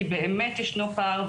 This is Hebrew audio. כי באמת ישנו פער.